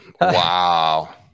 Wow